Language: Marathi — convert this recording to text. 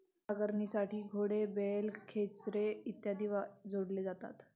नांगरणीसाठी घोडे, बैल, खेचरे इत्यादी जोडले जातात